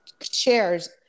shares